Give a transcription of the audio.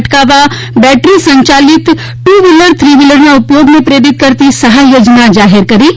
અટકાવવા બેટરી સંયાલિત two wheeler three વ્હીલરના ઉપયોગને પ્રેરિત કરતી સહાય યોજના જાહેર કરી છે